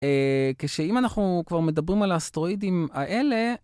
כשאם אנחנו כבר מדברים על האסטרואידים האלה,